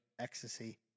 ecstasy